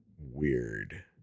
Weird